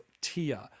tier